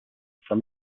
from